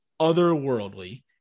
otherworldly